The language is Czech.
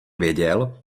věděl